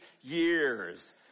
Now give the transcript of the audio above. years